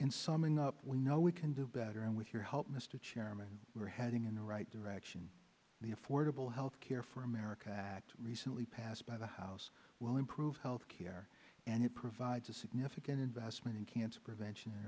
and summing up we know we can do better and with your help mr chairman we're heading in the right direction the affordable health care for america act recently passed by the house will improve health care and it provides a significant investment in cancer prevention